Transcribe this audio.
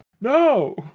No